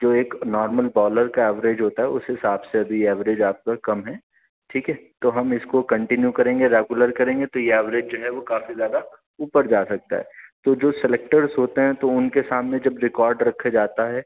جو ایک normal bowler کا ایوریج ہوتا ہے اس حساب سے ابھی ایوریج آپ کا کم ہے ٹھیک ہے تو ہم اس کو کنٹینیو کریں گے ریگولر کریں گے تو یہ ایوریج جو ہے وہ کافی زیادہ اوپر جا سکتا ہے تو جو سلیکٹرس ہوتے ہیں تو ان کے سامنے جب ریکارڈ رکھے جاتا ہے